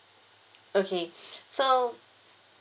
okay so